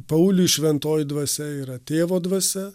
pauliui šventoji dvasia yra tėvo dvasia